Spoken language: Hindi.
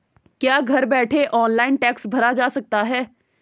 क्या घर बैठे ऑनलाइन टैक्स भरा जा सकता है?